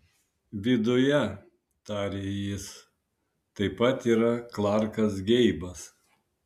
viduje tarė jis taip pat yra klarkas geibas